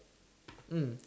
mm